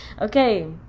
Okay